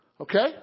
Okay